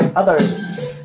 others